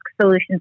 Solutions